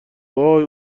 وای